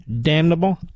damnable